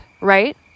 Right